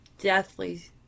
deathly